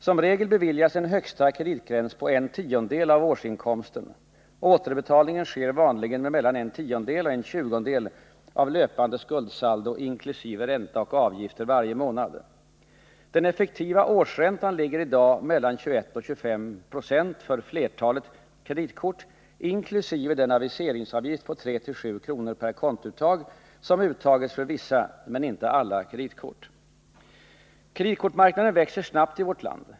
Som regel beviljas en högsta kreditgräns på en tiondel av årsinkomsten. Återbetalningen sker vanligen med mellan en tiondel och en tjugondel av löpande skuldsaldo inkl. ränta och avgifter varje månad. Den effektiva årsräntan ligger i dag mellan 21 och 25 4 för flertalet kreditkort inkl. den aviseringsavgift på 3-7 kr. per kontouttag som uttages för vissa men inte alla kreditkort. Kreditkortsmarknaden växer snabbt i vårt land.